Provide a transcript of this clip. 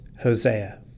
Hosea